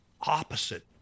opposite